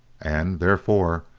and, therefore,